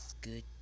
Good